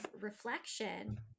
reflection